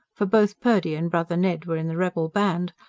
for both purdy and brother ned were in the rebel band,